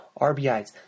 RBIs